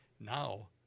Now